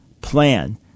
plan